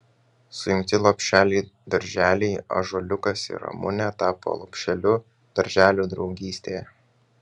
sujungti lopšeliai darželiai ąžuoliukas ir ramunė tapo lopšeliu darželiu draugystė